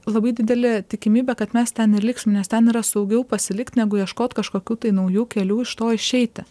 labai didelė tikimybė kad mes ten ir liksim nes ten yra saugiau pasilikt negu ieškot kažkokių tai naujų kelių iš to išeiti